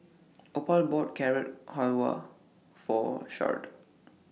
Opal bought Carrot Halwa For Sharde